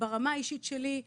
ברמה האישית שלי,